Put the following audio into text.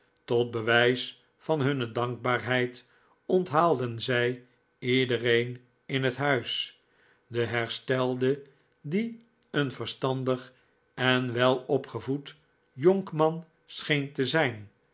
tot bewijs van hunne dankbaarheid onthaalden zij iedereen in het huis de herstelde die een verstandig en welopgevoed jonkman scheen te zijn